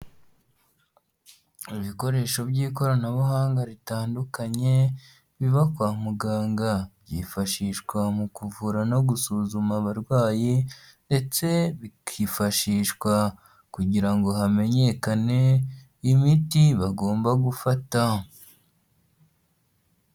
Ibikoresho by'ikoranabuhanga bitandukanye biba kwa muganga. Byifashishwa mu kuvura no gusuzuma abarwayi ndetse bikifashishwa kugira ngo hamenyekane imiti bagomba gufata.